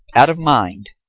out of mind,